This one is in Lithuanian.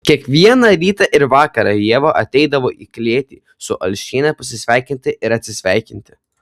kiekvieną rytą ir vakarą ieva ateidavo į klėtį su alšiene pasisveikinti ir atsisveikinti